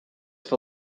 for